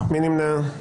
מי נמנע?